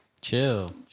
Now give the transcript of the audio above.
Chill